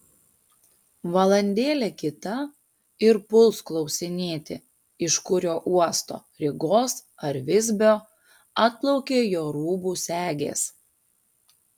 valandėlė kita ir puls klausinėti iš kurio uosto rygos ar visbio atplaukė jo rūbo segės